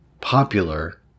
popular